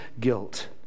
guilt